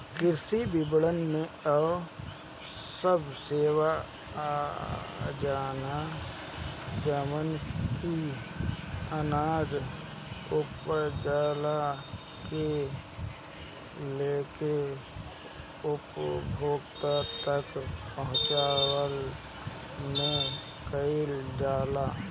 कृषि विपणन में उ सब सेवा आजाला जवन की अनाज उपजला से लेके उपभोक्ता तक पहुंचवला में कईल जाला